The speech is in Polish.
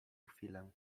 chwilę